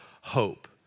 hope